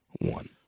one